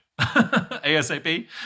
ASAP